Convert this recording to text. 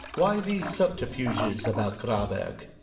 why these subterfuges about graberg?